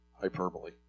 hyperbole